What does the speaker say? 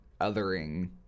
othering